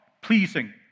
pleasing